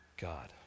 God